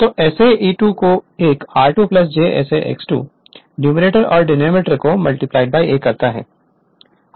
तो Sa E2 तो एक r2 j s a X 2 numerator और डिनॉमिनेटर को मल्टीप्लाई बाय a करता है